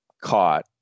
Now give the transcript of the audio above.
caught